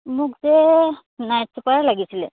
মোক যে নাইট চুপাৰে লাগিছিলে